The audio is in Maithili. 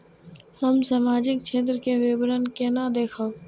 हम सामाजिक क्षेत्र के विवरण केना देखब?